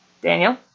Daniel